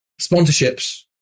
sponsorships